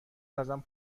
ازم